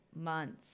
months